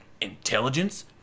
intelligence